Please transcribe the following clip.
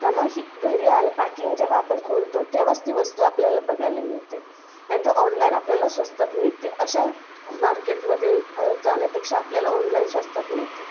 तर मग ही घरी आलं पॅकिंग जेव्हा आपण खोलतो तेव्हाच ती वस्तू आपल्याला बघायला मिळते नाहीतर ऑनलाईन आपल्याला स्वस्तात मिळते अशा मार्केटमध्ये जाण्यापेक्षा आपल्याला ऑनलाईन स्वस्तात मिळते